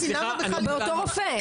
אותו רופא.